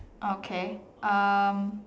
okay um